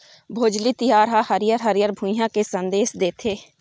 भोजली तिहार ह हरियर हरियर भुइंया के संदेस देथे